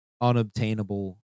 unobtainable